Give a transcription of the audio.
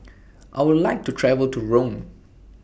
I Would like to travel to Rome